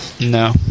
No